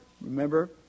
remember